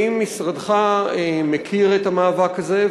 האם משרדך מכיר את המאבק הזה,